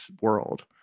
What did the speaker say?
world